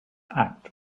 act